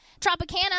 Tropicana